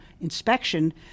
inspection